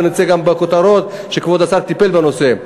ונצא גם בכותרות שכבוד השר טיפל בנושא.